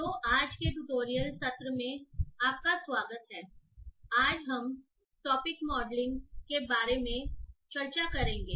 तो आज के ट्यूटोरियल सत्र में आपका स्वागत है आज हम टॉपिक मॉडलिंग के बारे में चर्चा करेंगे